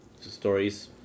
stories